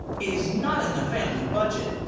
is not in the family budget.